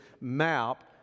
map